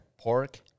Pork